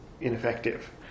ineffective